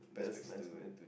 that's nice man